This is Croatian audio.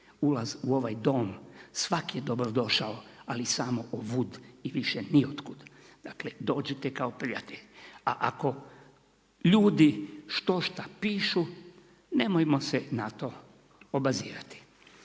„Ulaz u ovaj dom svak je dobrodošao, ali samo ovud i više ni od kud“, dakle dođite kao prijatelj. A ako ljudi štošta pišu nemojmo se na to obazirati.